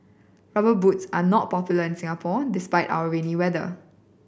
Rubber Boots are not popular in Singapore despite our rainy weather